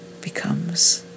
becomes